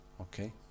Okay